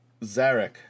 Zarek